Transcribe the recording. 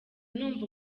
numva